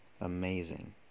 Amazing